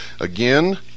Again